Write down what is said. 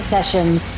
Sessions